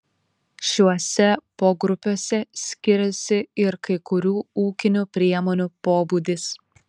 šiuose pogrupiuose skiriasi ir kai kurių ūkinių priemonių pobūdis